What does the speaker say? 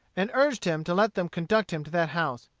and urged him to let them conduct him to that house.